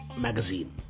magazine